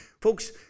Folks